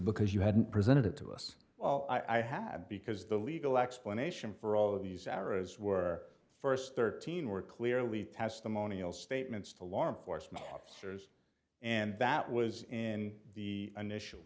because you hadn't presented it to us i had because the legal explanation for all of these errors were first thirteen were clearly testimonial statements to law enforcement officers and that was in the initial